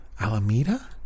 Alameda